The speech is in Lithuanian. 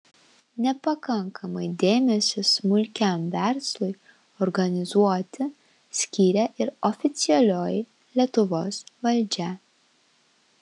nepakankamai dėmesio smulkiam verslui organizuoti skiria ir oficialioji lietuvos valdžia